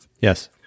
Yes